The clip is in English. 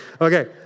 Okay